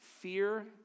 fear